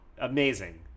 amazing